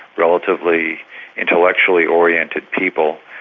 relatively intellectually oriented people,